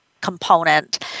component